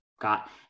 got